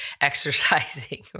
exercising